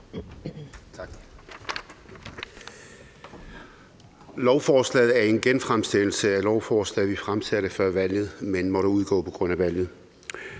Lovforslaget er en genfremsættelse af et lovforslag, vi fremsatte før valget, men som måtte udgå på grund af valget.